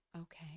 Okay